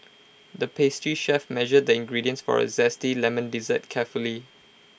the pastry chef measured the ingredients for A Zesty Lemon Dessert carefully